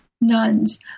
nuns